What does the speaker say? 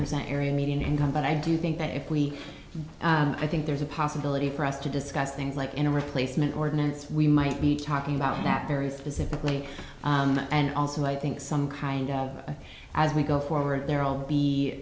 present area median income but i do think that if we i think there's a possibility for us to discuss things like in a replacement ordinance we might be talking about that very specifically and also i think some kind of as we go forward there all